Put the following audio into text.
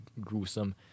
gruesome